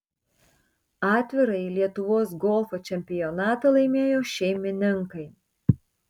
atvirąjį lietuvos golfo čempionatą laimėjo šeimininkai